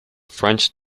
french